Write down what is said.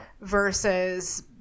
Versus